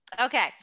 Okay